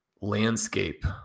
landscape